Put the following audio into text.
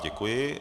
Děkuji.